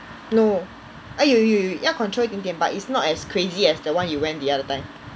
no eh 有有有要 control 一点点 but it's not as crazy as the one you went the other time